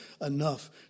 enough